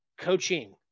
coaching